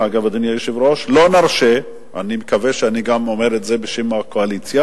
כשאנחנו באים היום לשים על שולחן הכנסת את העובדות שמחייבות אותנו,